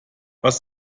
was